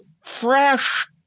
fresh